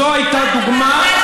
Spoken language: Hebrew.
זו הייתה דוגמה,